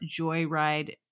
Joyride